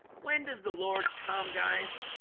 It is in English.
when does the lord come guys?